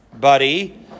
buddy